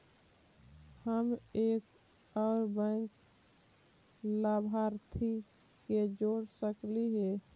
हम एक और बैंक लाभार्थी के जोड़ सकली हे?